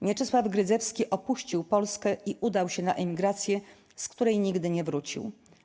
Mieczysław Grydzewski opuścił Polskę i udał się na emigrację, z której nigdy nie wrócił.